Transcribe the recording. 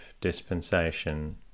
dispensation